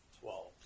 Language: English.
Twelve